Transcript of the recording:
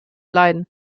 leiden